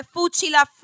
Fuchila